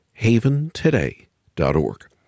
haventoday.org